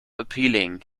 appealing